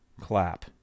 Clap